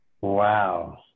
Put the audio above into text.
Wow